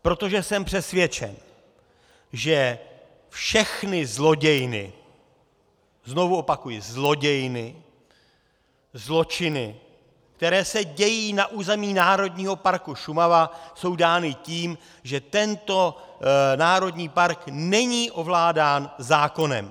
Protože jsem přesvědčen, že všechny zlodějiny, znovu opakuji, zlodějiny, zločiny, které se dějí na území Národního parku Šumava, jsou dány tím, že tento národní park není ovládán zákonem.